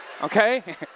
okay